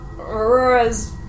Aurora's